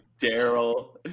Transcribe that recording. Daryl